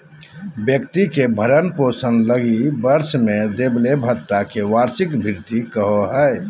व्यक्ति के भरण पोषण लगी वर्ष में देबले भत्ता के वार्षिक भृति कहो हइ